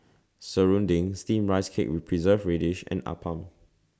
Serunding Steamed Rice Cake with Preserved Radish and Appam